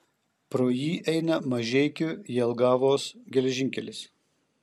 pro jį eina mažeikių jelgavos geležinkelis